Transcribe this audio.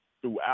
throughout